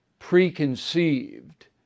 preconceived